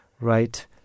right